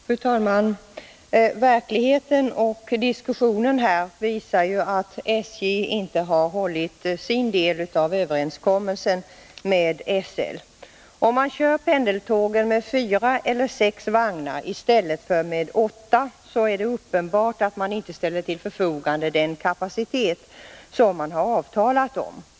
Fru talman! Verkligheten och diskussionen här visar att SJ inte har hållit sin del av överenskommelsen med SL. Om man kör pendeltågen med fyra eller sex vagnar i stället för åtta, är det uppenbart att man inte ställer till förfogande den kapacitet som man har avtalat om.